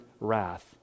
wrath